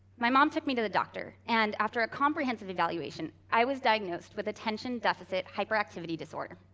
my mom took me to the doctor and, after a comprehensive evaluation, i was diagnosed with attention deficit hyperactivity disorder,